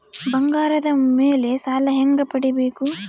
ಬಂಗಾರದ ಮೇಲೆ ಸಾಲ ಹೆಂಗ ಪಡಿಬೇಕು?